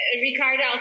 Ricardo